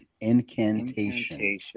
Incantation